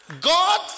God